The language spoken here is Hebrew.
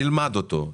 נלמד אותו,